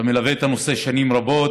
אתה מלווה את הנושא שנים רבות.